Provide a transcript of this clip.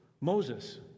Moses